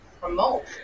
promote